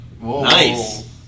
nice